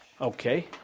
Okay